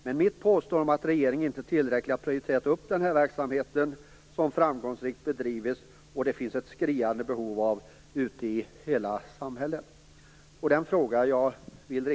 Men mitt påstående är att regeringen inte tillräckligt har prioriterat den här verksamheten, som framgångsrikt bedrivits och som det finns ett skriande behov av ute i samhället.